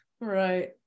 Right